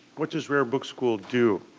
what does rare book school do?